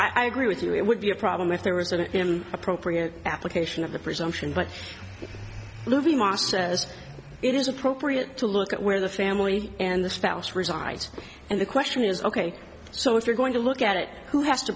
know i agree with you it would be a problem if there was an appropriate application of the presumption but living law says it is appropriate to look at where the family and the spouse resides and the question is ok so if you're going to look at it who has to